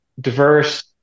diverse